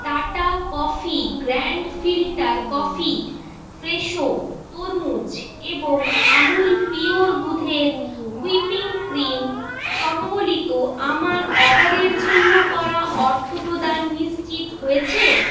tata coffee grand filter coffee Fresho তরমুজ এবং Amul pure দুধের হুইপিং ক্রিম সম্বলিত আমার অর্ডারের জন্য করা অর্থপ্রদান নিশ্চিত হয়েছে